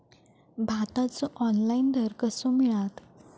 भाताचो ऑनलाइन दर कसो मिळात?